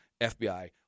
fbi